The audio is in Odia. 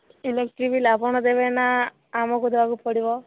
ଇଲେକଟ୍ରି ବିଲ ଆପଣ ଦେବେ ନା ଆମକୁ ଦେବାକୁ ପଡ଼ିବ